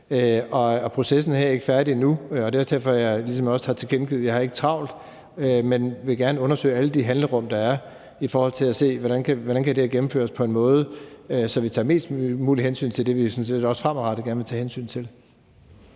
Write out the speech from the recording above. processen er heller ikke færdig endnu, og det er også derfor, jeg ligesom har tilkendegivet, at jeg ikke har travlt, men at jeg gerne vil undersøge alle de handlerum, der er i forhold til at se, hvordan det her kan gennemføres på en måde, så vi tager mest muligt hensyn til det, som vi jo sådan set også fremadrettet gerne vil tage hensyn til.